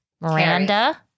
Miranda